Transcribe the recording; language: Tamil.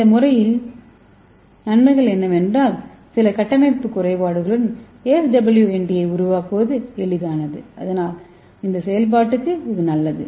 இந்த முறையின் நன்மைகள் என்னவென்றால் சில கட்டமைப்பு குறைபாடுகளுடன் SWNT ஐ உருவாக்குவது எளிதானது இதனால் இது செயல்பாட்டுக்கு நல்லது